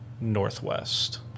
northwest